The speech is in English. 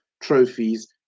trophies